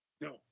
No